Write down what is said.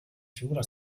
figura